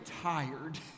tired